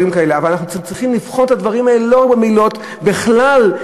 אבל אנחנו צריכים לבחון את הדברים האלה לא לגבי מעילות אלא בכלל,